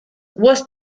was